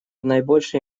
наибольшей